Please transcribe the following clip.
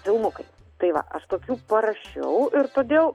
filmukai tai va aš tokių parašiau ir todėl